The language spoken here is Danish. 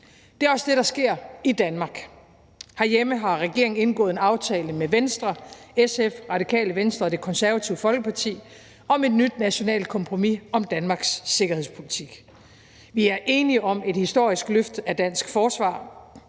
Det er også det, der sker i Danmark. Herhjemme har regeringen indgået en aftale med Venstre, SF, Radikale Venstre og Det Konservative Folkeparti om et nyt nationalt kompromis om Danmarks sikkerhedspolitik. Vi er enige om et historisk løft af dansk forsvar,